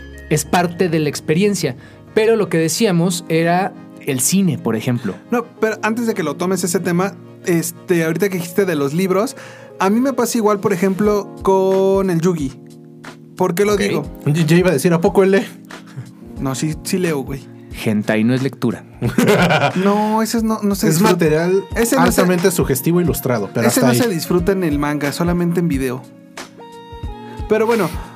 es parte de la experiencia. Pero lo que decíamos era el cine, por ejemplo. No, pero antes de que lo tomes ese tema, este, ahorita que dijiste de los libros, a mí me pasa igual, por ejemplo, con el Yugi. ¿Por qué lo Ok. digo? Yo- yo iba a decir, ¿a poco él lee? No, sí- sí leo, güey. Hentai no es lectura. No, ese es no- no se Es disfruta. material Ese no se- altamente sugestivo e ilustrado, pero Ese hasta no se ahí. disfruta en el manga, solamente en video. Pero bueno,